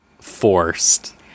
forced